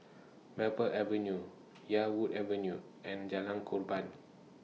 Maple Avenue Yarwood Avenue and Jalan Korban